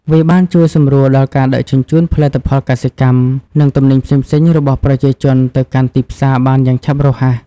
វាបានជួយសម្រួលដល់ការដឹកជញ្ជូនផលិតផលកសិកម្ម និងទំនិញផ្សេងៗរបស់ប្រជាជនទៅកាន់ទីផ្សារបានយ៉ាងឆាប់រហ័ស។